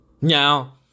Now